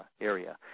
area